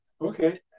Okay